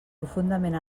profundament